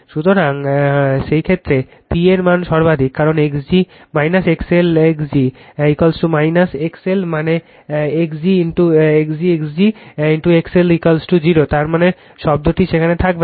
সুতরাং সেই ক্ষেত্রে P এর মান সর্বাধিক কারণ x g XL x g XL মানে x g x g XL0 মানে এই শব্দটি সেখানে থাকবে না